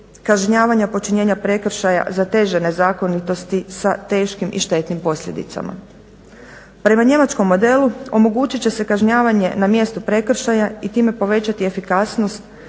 kažnjavanja počinjenja prekršaja za teže nezakonitosti sa teškim i štetnim posljedicama. Prema njemačkom modelu omogućit će se kažnjavanje na mjestu prekršaja i time povećati efikasnost